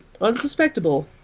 unsuspectable